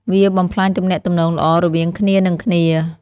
វាបំផ្លាញទំនាក់ទំនងល្អរវាងគ្នានឹងគ្នា។